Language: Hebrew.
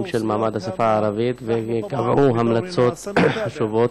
של מעמד השפה הערבית וקבעו המלצות חשובות,